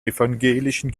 evangelischen